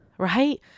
right